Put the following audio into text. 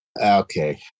Okay